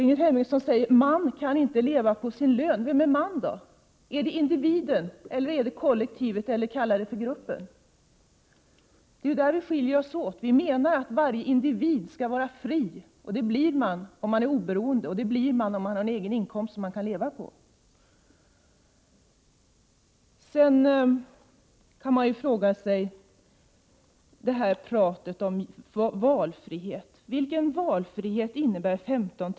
Ingrid Hemmingsson säger vidare att man inte kan leva på sin lön. Vem är man? Är det individen, eller är det kollektivet, eller gruppen, om man hellre vill kalla det så? Det är ju där vi skiljer oss åt. Vi menar att varje individ skall vara fri, och det blir man om man är oberoende. Och oberoende blir man om man har en egen inkomst som man kan leva på. Beträffande detta tal om valfrihet kan man ju också fråga sig vilken valfrihet 15 000 kr.